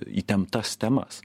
įtemptas temas